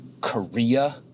Korea